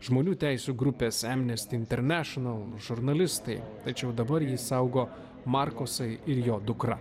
žmonių teisių grupės amnesty international žurnalistai tačiau dabar jį saugo markosai ir jo dukra